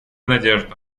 надежду